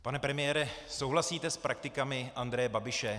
Pane premiére, souhlasíte s praktikami Andreje Babiše?